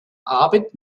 abend